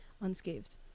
unscathed